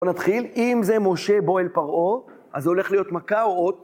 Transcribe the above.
בואו נתחיל, אם זה משה בוא אל פרעה, אז זה הולך להיות מכה או אות?